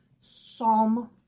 psalm